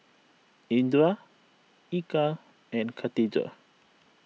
Indra Eka and Katijah